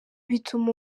bituma